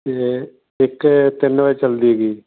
ਅਤੇ ਇੱਕ ਤਿੰਨ ਵਜੇ ਚੱਲਦੀ ਹੈਗੀ